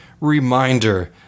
reminder